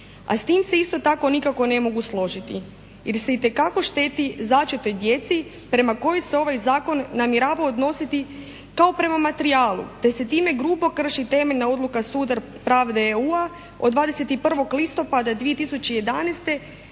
a s tim se isto tako nikako ne mogu složiti jer se itekako šteti začetoj djeci prema kojoj se ovaj zakon namjerava odnositi kao prema materijalu, te se time grubo krši temeljna odluka Suda pravde EU-a od 21. Listopada 2011.